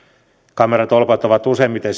kameratolpat on useimmiten